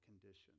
condition